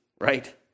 right